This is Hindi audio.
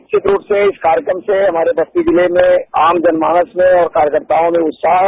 इस रूप में इस कार्यक्रम के माध्यम से बस्ती जिले में आमजन मानस में और कार्यकर्ताओं में उत्साह है